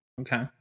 Okay